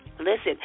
Listen